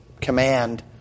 command